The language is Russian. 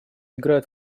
играют